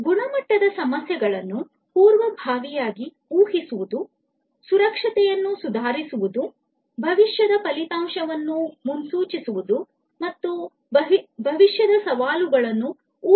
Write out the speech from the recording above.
ಗುಣಮಟ್ಟದ ಸಮಸ್ಯೆಗಳನ್ನು ಪೂರ್ವಭಾವಿಯಾಗಿ ಊಹಿಸುವುದು ಸುರಕ್ಷತೆಯನ್ನು ಸುಧಾರಿಸುವುದು ಭವಿಷ್ಯದ ಫಲಿತಾಂಶಗಳನ್ನು ಮುನ್ಸೂಚಿಸುವುದು ಮತ್ತು ಭವಿಷ್ಯದ ಸವಾಲುಗಳನ್ನು ಊಹಿಸುವುದು